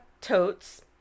totes